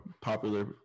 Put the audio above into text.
popular